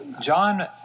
John